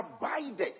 abided